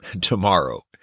tomorrow